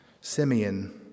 Simeon